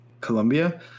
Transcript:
Colombia